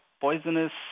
poisonous